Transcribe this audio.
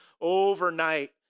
overnight